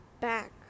back